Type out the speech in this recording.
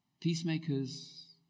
Peacemakers